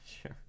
sure